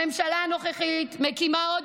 הממשלה הנוכחית מקימה עוד